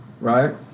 right